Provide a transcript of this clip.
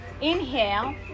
inhale